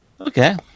Okay